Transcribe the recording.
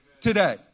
today